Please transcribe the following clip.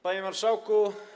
Panie Marszałku!